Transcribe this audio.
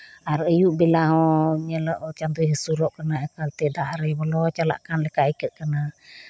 ᱟᱨ ᱟᱭᱩᱵᱽ ᱵᱮᱞᱟ ᱦᱚᱸ ᱧᱮᱞᱚᱜ ᱪᱟᱸᱫᱳᱭ ᱦᱟᱹᱥᱩᱨᱚᱜ ᱠᱟᱱᱟ ᱮᱠᱟᱞᱛᱮ ᱫᱟᱜ ᱨᱮ ᱵᱚᱞᱚ ᱪᱟᱞᱟᱜ ᱞᱮᱠᱟ ᱟᱹᱭᱠᱟᱹᱜ ᱠᱟᱱᱟ